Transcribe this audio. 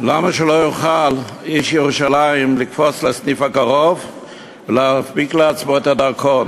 למה שלא יוכל איש ירושלים לקפוץ לסניף הקרוב ולהנפיק לעצמו את הדרכון?